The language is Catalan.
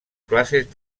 classes